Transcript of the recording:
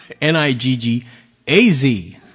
N-I-G-G-A-Z